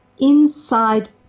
inside